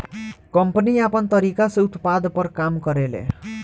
company आपन तरीका से उत्पाद पर काम करेले